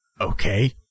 Okay